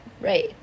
Right